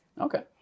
okay